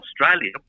Australia